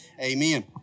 Amen